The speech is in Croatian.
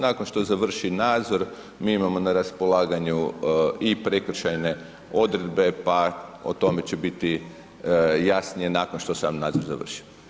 Nakon što završi nadzor, mi imamo na raspolaganju i prekršajne odredbe, pa o tome će biti jasnije nakon što sam nadzor završi.